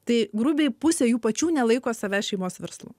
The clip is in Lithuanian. tai grubiai pusė jų pačių nelaiko savęs šeimos verslu